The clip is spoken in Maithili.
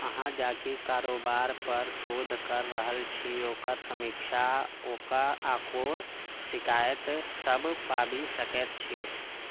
अहाँ जाकि कारोबार पर शोध कर रहल छी ओकर समीक्षा आ ओकोर शिकायत सभ पाबि सकैत छी